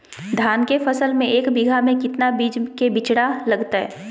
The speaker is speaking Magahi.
धान के फसल में एक बीघा में कितना बीज के बिचड़ा लगतय?